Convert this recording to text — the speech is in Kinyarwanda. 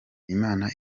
imana